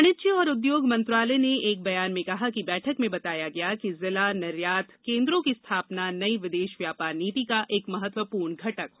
वाणिज्य और उद्योग मंत्रालय ने एक बयान में कहा कि बैठक में बताया गया कि जिला निर्यात केन्द्रों की स्थापना नई विदेश व्यापार नीति का एक महत्वपूर्ण घटक होगा